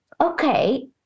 okay